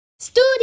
STUDIO